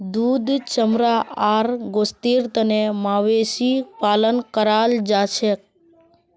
दूध चमड़ा आर गोस्तेर तने मवेशी पालन कराल जाछेक